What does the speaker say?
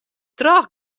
troch